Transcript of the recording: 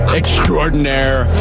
extraordinaire